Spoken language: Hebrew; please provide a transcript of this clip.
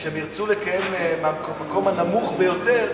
וכשהם ירצו לקיים מהמקום הנמוך ביותר,